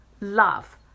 love